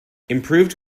improved